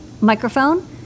microphone